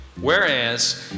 Whereas